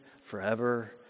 forever